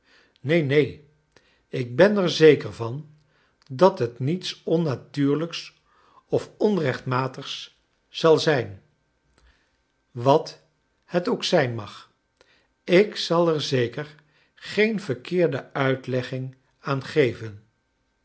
neen neen ik ben er zeker van dat het niets onnatuurlijks of onrechtmatigs zal zijn wat het ook zijn mag ik zal er zeker geen verkeerde uitlegging aan geven